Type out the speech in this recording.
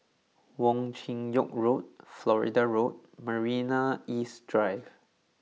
Wong Chin Yoke Road Florida Road and Marina East Drive